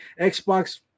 Xbox